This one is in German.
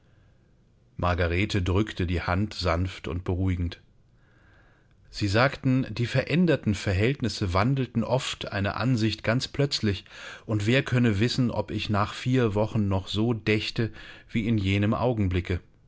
margarete drückte die hand sanft und beruhigend sie sagten die veränderten verhältnisse wandelten oft eine ansicht ganz plötzlich und wer könne wissen ob ich nach vier wochen noch so dächte wie in jenem augenblicke